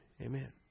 Amen